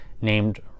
named